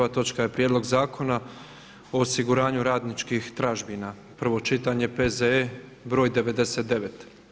Prva točka je: - Prijedlog zakona o osiguranju radničkih tražbina, prvo čitanje, P.Z.E. broj 99.